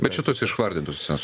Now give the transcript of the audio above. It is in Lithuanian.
bet šitos išvardintos jos